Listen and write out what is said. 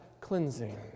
cleansing